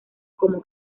como